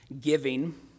giving